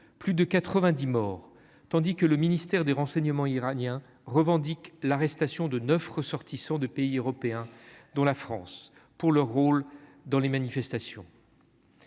plus de 90 morts tandis que le ministère des Renseignements iranien revendique l'arrestation de 9 ressortissants de pays européens dont la France, pour leur rôle dans les manifestations.